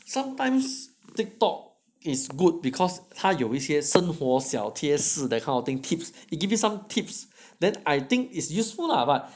sometimes Tiktok is good because 他有一些生活小贴士 that kind of thing tips they give you some tips then I think is useful lah but